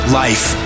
life